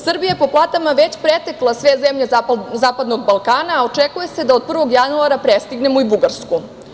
Srbija je po platama već pretekla sve zemlje Zapadnog Balkana, a očekuje se da od 1. januara prestignemo i Bugarsku.